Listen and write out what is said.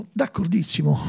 d'accordissimo